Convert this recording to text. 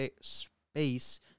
space